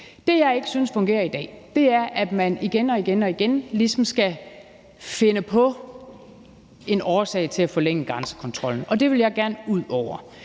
Det, jeg ikke synes fungerer i dag, er, at man igen og igen ligesom skal finde på en årsag til at forlænge grænsekontrollen, og det vil jeg gerne ud over.